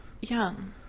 young